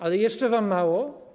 Ale jeszcze wam mało?